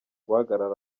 guhagarara